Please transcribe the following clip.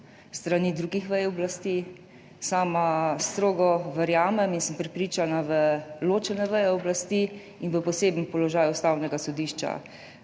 s strani drugih vej oblasti. Sama strogo verjamem in sem prepričana v ločene veje oblasti in v poseben položaj Ustavnega sodišča.